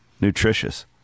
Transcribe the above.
nutritious